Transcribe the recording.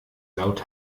laut